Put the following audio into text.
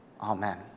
Amen